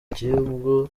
gihugu